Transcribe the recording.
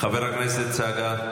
חברת הכנסת צגה מלקו, חברת הכנסת צגה?